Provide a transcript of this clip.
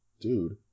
Dude